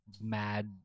mad